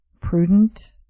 prudent